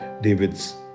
David's